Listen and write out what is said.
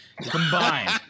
combined